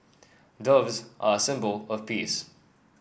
doves are a symbol of peace